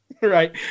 Right